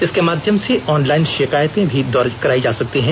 इसके माध्यम से ऑनलाइन शिकायतें भी दर्ज कराई जा सकती है